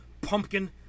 pumpkin